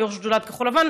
יו"ר שדולת כחול-לבן,